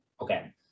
Okay